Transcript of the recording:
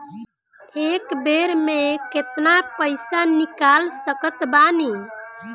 एक बेर मे केतना पैसा निकाल सकत बानी?